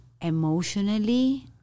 emotionally